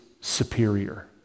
superior